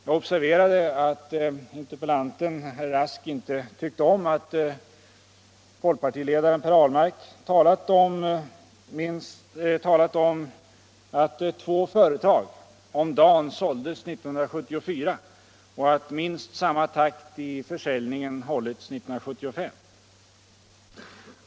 Jag observerade att interpellanten, herr Rask, inte tyckte om att folkpartiledaren Per Ahlmark talat om att det sålts två företag om dagen 1974 och att försäljningen hållit minst samma takt under 1975.